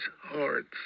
hearts